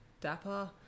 Dapper